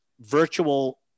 virtual